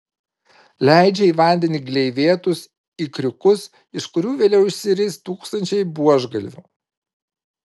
leidžia į vandenį gleivėtus ikriukus iš kurių vėliau išsiris tūkstančiai buožgalvių